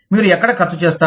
మీరు ఎక్కడ ఖర్చు చేస్తారు